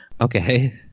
Okay